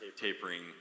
tapering